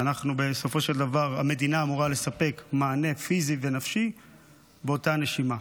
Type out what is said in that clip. שבסופו של דבר המדינה אמורה לספק מענה פיזי ונפשי באותה נשימה,